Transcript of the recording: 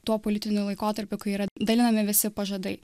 tuo politiniu laikotarpiu kai yra dalinami visi pažadai